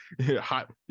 hot